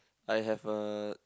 I have a